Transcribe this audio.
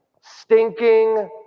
stinking